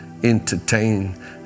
entertain